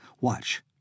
Watch